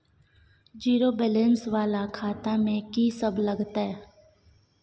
Zero balance वाला खाता में की सब लगतै?